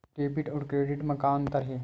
Debit अउ credit म का अंतर हे?